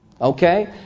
Okay